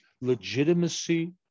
legitimacy